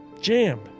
Jam